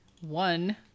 one